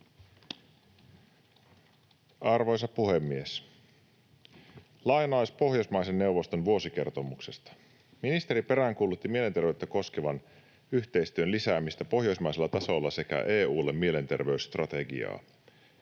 Arvoisa puhemies! Lainaus Pohjoismaiden neuvoston vuosikertomuksesta: ”Ministeri peräänkuulutti mielenterveyttä koskevan yhteistyön lisäämistä pohjoismaisella tasolla sekä EU:lle mielenterveysstrategiaa.”